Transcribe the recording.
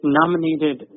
nominated